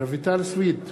רויטל סויד,